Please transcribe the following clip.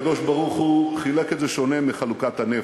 הקדוש-ברוך-הוא חילק את זה שונה מחלוקת הנפט,